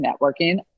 networking